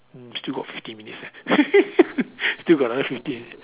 mm still got fifteen minutes leh still got another fifteen